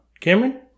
Cameron